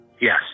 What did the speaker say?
Yes